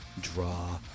draw